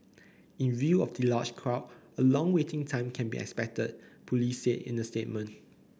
in view of the large crowd a long waiting time can be expected police said in a statement